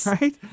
Right